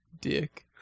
Dick